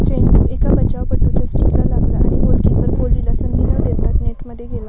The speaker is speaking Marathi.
चेंडू एका बचावपटूच्या स्टिकला लागला आणि गोलकीपर कोलीला संधी न देता नेटमध्ये गेला